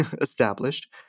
established